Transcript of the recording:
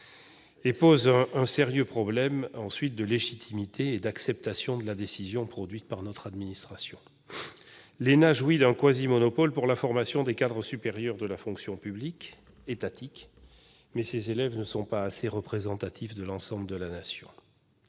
pose un sérieux problème de légitimité et d'acceptation de la décision produite par notre administration. L'ENA jouit d'un quasi-monopole pour la formation des cadres supérieurs de la fonction publique étatique, mais ses élèves ne sont pas assez représentatifs de l'ensemble de la Nation.